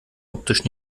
optisch